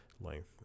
length